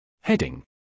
Heading